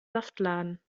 saftladen